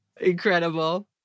Incredible